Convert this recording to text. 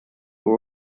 are